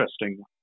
interesting